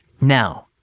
Now